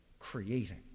creating